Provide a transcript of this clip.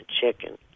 chicken